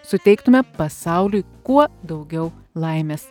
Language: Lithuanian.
suteiktume pasauliui kuo daugiau laimės